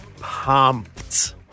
pumped